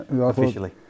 officially